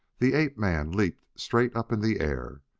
the ape-man leaped straight up in the air.